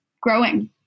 Growing